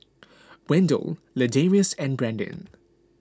Wendell Ladarius and Brandin